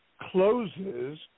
closes